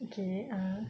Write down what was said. okay ah